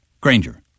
granger